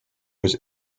was